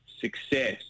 success